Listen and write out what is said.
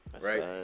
right